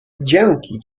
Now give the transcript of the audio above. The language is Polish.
dzięki